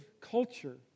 culture